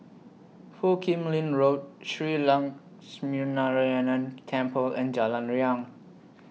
Foo Kim Lin Road Shree Lakshminarayanan Temple and Jalan Riang